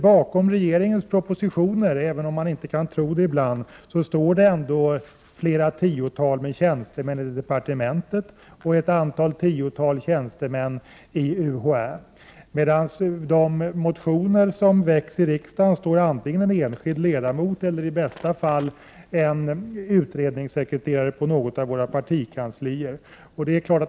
Bakom regeringens propositioner står, även om man ibland inte kan tro det, flera tiotal tjänstemän i departementet och flera tiotal tjänstemän på UHÄ. Bakom de motioner som väcks i riksdagen står däremot en enskild ledamot eller i bästa fall en utredningssekreterare på något partikansli.